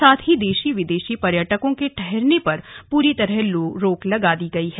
साथ ही देशी विदेशी पर्यटकों के ठहरने पर पूरी तरह रोक लगा दी गई है